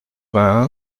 vingt